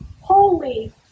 holy